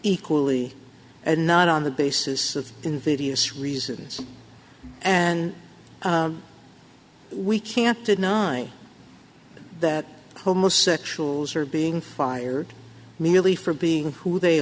equally and not on the basis of invidious reasons and we can't deny that homosexuals are being fired merely for being who they